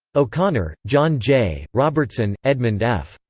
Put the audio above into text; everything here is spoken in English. o'connor, john j. robertson, edmund f,